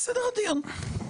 הדיון.